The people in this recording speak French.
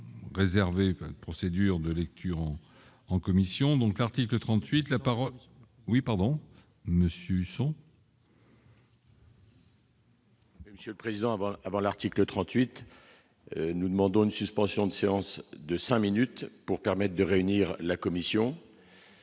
réservé, procédure de lecture en en commission donc article 38 la parole oui pardon Monsieur Husson. Monsieur le président, avant, avant l'article 38, nous demandons une suspension de séance de 5 minutes pour permettent de réunir la commission